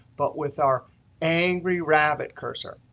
but with our angry rabbit cursor.